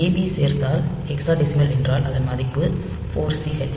AB சேர்த்தால் hexadecimal என்றால் அதன் மதிப்பு 4சிஎச்